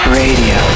radio